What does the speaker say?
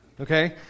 okay